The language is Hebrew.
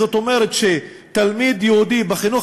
זאת אומרת, שתלמיד יהודי בחינוך